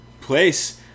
place